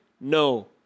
No